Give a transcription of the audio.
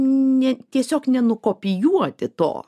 ne tiesiog nenukopijuoti to